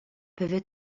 peuvent